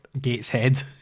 Gateshead